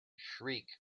shriek